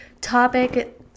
topic